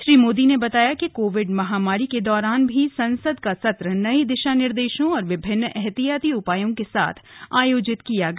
श्री मोदी ने बताया कि कोविड महामारी के दौरान भी संसद का सत्र नये दिशा निर्देशों और विभिन्न ऐहतियाती उपायों के साथ आयोजित किया गया